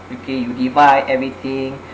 okay you divide everything